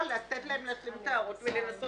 או לתת להם להשלים את ההערות ולנסות